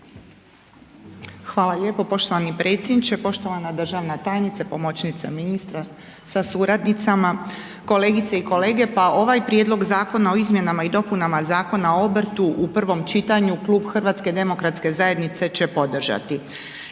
Hvala lijepo. Poštovani predsjedniče, poštovana državna tajnice, pomoćnice ministra sa suradnicama, kolegice i kolege. Pa ovaj Prijedlog zakona o izmjenama i dopunama Zakona o obrtu u prvom čitanju klub HDZ-a će podržati